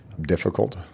difficult